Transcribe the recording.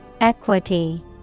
Equity